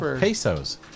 Pesos